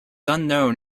unknown